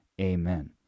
Amen